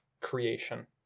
creation